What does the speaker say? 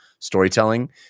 storytelling